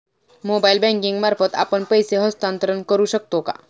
Mobile banking मार्फत आपण पैसे हस्तांतरण करू शकतो का?